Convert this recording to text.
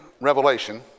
Revelation